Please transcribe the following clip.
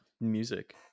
music